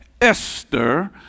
Esther